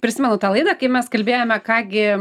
prisimenu tą laidą kai mes kalbėjome ką gi